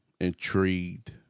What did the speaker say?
intrigued